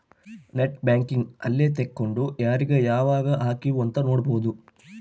net banking ಅಲ್ಲೆ ತೆಕ್ಕೊಂಡು ಯಾರೀಗ ಯಾವಾಗ ಹಕಿವ್ ಅಂತ ನೋಡ್ಬೊದು